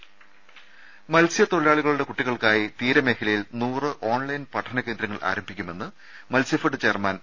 രമേ മത്സ്യത്തൊഴിലാളികളുടെ കുട്ടികൾക്കായി തീരമേഖലയിൽ നൂറ് ഓൺലൈൻ പഠന കേന്ദ്രങ്ങൾ ആരംഭിക്കുമെന്ന് മത്സ്യഫെഡ് ചെയർമാൻ പി